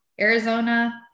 Arizona